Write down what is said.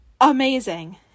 amazing